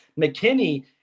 mckinney